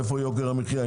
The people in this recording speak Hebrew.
איפה המאבק ביוקר המחייה?